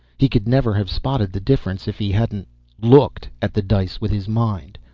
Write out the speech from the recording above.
he could never have spotted the difference if he hadn't looked at the dice with his mind.